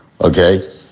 okay